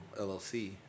LLC